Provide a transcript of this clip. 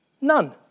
None